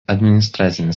administracinis